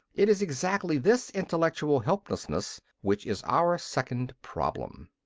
it is exactly this intellectual helplessness which is our second problem.